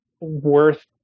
worth